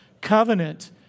covenant